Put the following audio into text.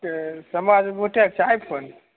तऽ समाज वाॅंटै छै आइ फोन